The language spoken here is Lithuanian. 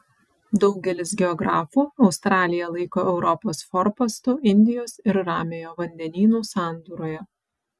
daugelis geografų australiją laiko europos forpostu indijos ir ramiojo vandenynų sandūroje